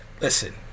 listen